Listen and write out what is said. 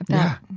yeah